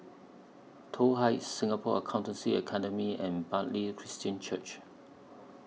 Toh Heights Singapore Accountancy Academy and Bartley Christian Church